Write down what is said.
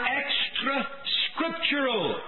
extra-scriptural